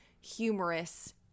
humorous